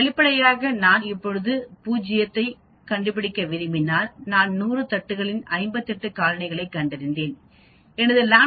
வெளிப்படையாக நான் இப்போது 0 ஐ கண்டுபிடிக்க விரும்பினால் நான்100 தட்டுகளில் 58 காலனிகளைக் கண்டறிந்தேன் எனது λ மதிப்பு 0